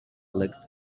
legs